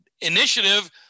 initiative